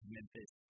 Memphis